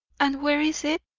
and where is it?